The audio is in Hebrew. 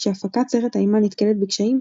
כשהפקת סרט האימה נתקלת בקשיים,